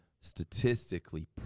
statistically